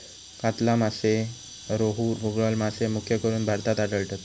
कातला मासे, रोहू, मृगल मासे मुख्यकरून भारतात आढळतत